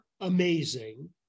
amazing